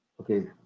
okay